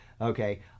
okay